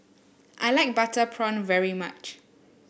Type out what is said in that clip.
I like Butter Prawn very much